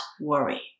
worry